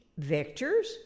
vectors